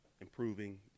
improving